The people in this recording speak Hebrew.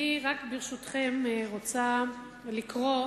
אני, ברשותכם, רוצה לקרוא,